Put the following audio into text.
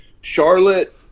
Charlotte